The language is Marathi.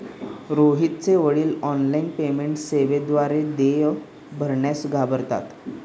रोहितचे वडील ऑनलाइन पेमेंट सेवेद्वारे देय भरण्यास घाबरतात